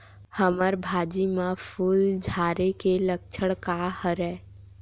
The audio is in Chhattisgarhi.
हमर भाजी म फूल झारे के लक्षण का हरय?